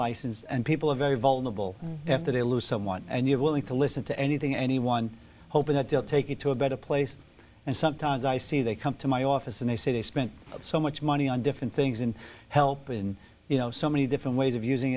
licensed and people are very vulnerable if that elusive one and you're willing to listen to anything anyone hoping that they'll take you to a better place and sometimes i see they come to my office and they say they spent so much money on different things and help and you know so many different ways of using